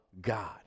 God